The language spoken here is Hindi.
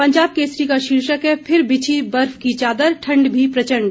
पंजाब केसरी का शीर्षक है फिर बिछी बर्फ की चादर ठंड भी प्रचंड